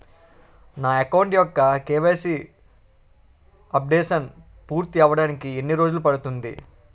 నా అకౌంట్ యెక్క KYC updation పూర్తి అవ్వడానికి ఎన్ని రోజులు పడుతుంది?